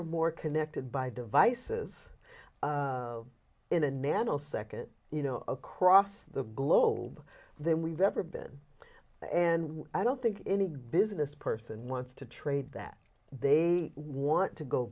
're more connected by devices in a nanosecond you know across the globe then we've ever been and i don't think any business person wants to trade that they want to go